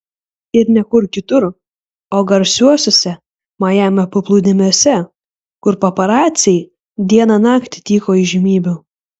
ir ne kur kitur o garsiuosiuose majamio paplūdimiuose kur paparaciai dieną naktį tyko įžymybių